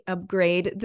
Upgrade